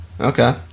Okay